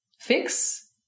fix